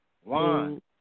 One